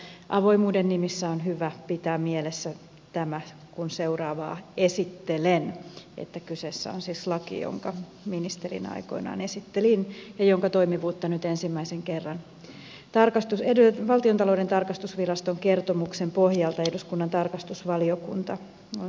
mutta avoimuuden nimissä on hyvä pitää mielessä tämä kun seuraavaa esittelen että kyseessä on siis laki jonka ministerinä aikoinaan esittelin ja jonka toimivuutta nyt ensimmäisen kerran valtiontalouden tarkastusviraston kertomuksen pohjalta eduskunnan tarkastusvaliokunta on käsitellyt